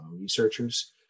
researchers